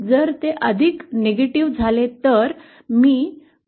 जर ते अधिक नकारात्मक झाले तर मी घड्याळाच्या दिशेने प्रवास करीत आहे